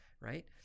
right